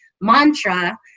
mantra